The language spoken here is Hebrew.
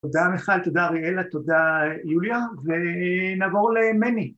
‫תודה, מיכל, תודה, אריאלה, ‫תודה, יוליה, ונעבור למני.